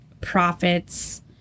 profits